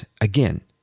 again